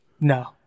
No